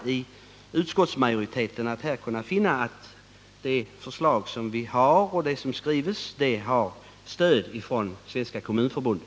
Utskottsmajoriteten är mycket glad över att förslaget stöddes av Svenska kommunförbundet.